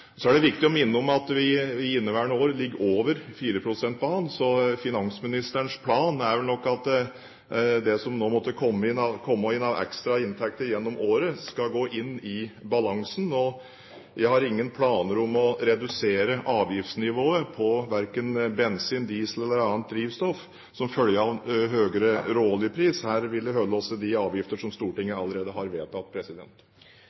Så er det viktig å minne om at vi i inneværende år ligger over 4 pst.-banen, så finansministerens plan er nok at det som nå måtte komme inn av ekstra inntekter gjennom året, skal gå inn i balansen. Og jeg har ingen planer om å redusere avgiftsnivået verken på bensin, diesel eller annet drivstoff som følge av en høyere råoljepris. Her vil vi holde oss til de avgifter som